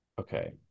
Okay